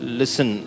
listen